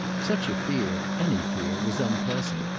such a fear, any fear, was unpleasant.